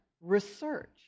research